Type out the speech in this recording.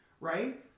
right